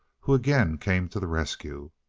who again came to the rescue.